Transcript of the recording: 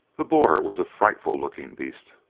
the boar was a frightful-looking beast,